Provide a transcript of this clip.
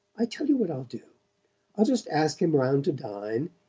i tell you what i'll do i'll just ask him round to dine,